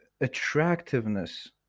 Attractiveness